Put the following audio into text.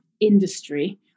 industry